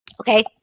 okay